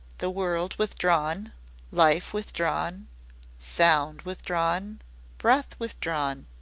the world withdrawn life withdrawn sound withdrawn breath withdrawn.